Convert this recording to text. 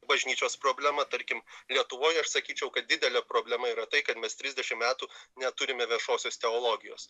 bažnyčios problema tarkim lietuvoj aš sakyčiau kad didelė problema yra tai kad mes trisdešimt metų neturime viešosios teologijos